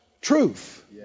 truth